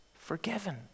forgiven